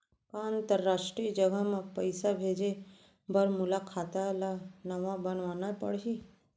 का अंतरराष्ट्रीय जगह म पइसा भेजे बर मोला खाता ल नवा बनवाना पड़ही?